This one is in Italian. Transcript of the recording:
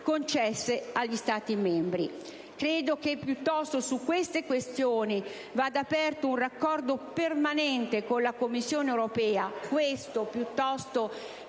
concesse agli Stati membri. Credo, piuttosto, che su tali questioni vada aperto un raccordo permanente con la Commissione europea: